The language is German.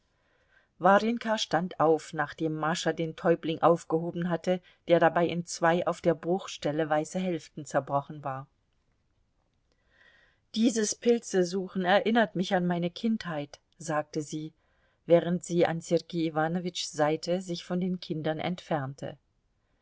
warjenka stand auf nachdem mascha den täubling aufgehoben hatte der dabei in zwei auf der bruchstelle weiße hälften zerbrochen war dieses pilzesuchen erinnert mich an meine kindheit sagte sie während sie an sergei iwanowitschs seite sich von den kindern entfernte